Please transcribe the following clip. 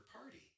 party